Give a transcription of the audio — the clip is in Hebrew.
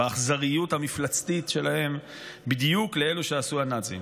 באכזריות המפלצתית שלהם, בדיוק לאלה שעשו הנאצים.